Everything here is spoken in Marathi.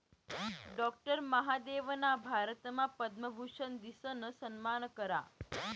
डाक्टर महादेवना भारतमा पद्मभूषन दिसन सम्मान करा